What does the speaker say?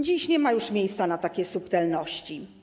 Dziś nie ma już miejsca na takie subtelności.